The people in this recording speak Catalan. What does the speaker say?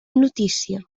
notícia